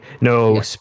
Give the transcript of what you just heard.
No